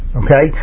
okay